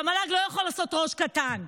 והמל"ג לא יכול להיות ראש קטן.